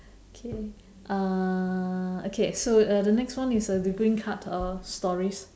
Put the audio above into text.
K uh okay so uh the next one is uh the green card uh stories